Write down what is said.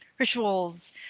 rituals